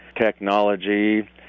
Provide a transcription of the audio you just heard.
technology